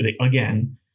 again